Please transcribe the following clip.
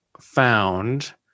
found